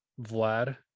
Vlad